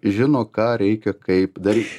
žino ką reikia kaip daryt